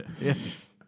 Yes